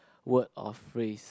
word or phrase